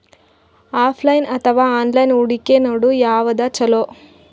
Offline ಅಥವಾ online ಹೂಡಿಕೆ ನಡು ಯವಾದ ಛೊಲೊ?